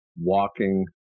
walking